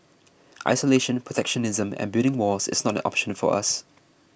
isolation protectionism and building walls is not an option for us